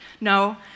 No